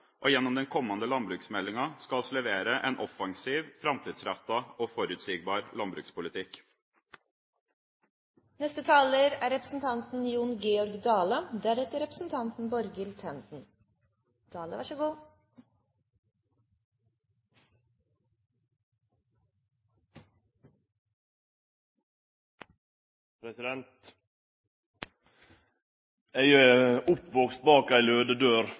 og gjennom den kommende jordbruksmeldinga skal vi levere en offensiv, framtidsrettet og forutsigbar landbrukspolitikk. Eg er oppvaksen bak ei